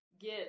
get